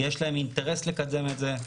יש להן אינטרס לקדם את זה.